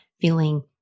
feeling